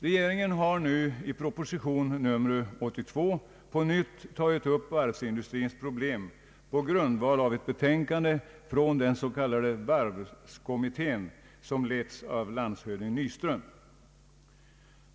Regeringen har nu i proposition nr 82 på nytt tagit upp varvsindustrins problem på grundval av ett betänkande av den s.k. varvskommittén, som letts av landshövding Nyström.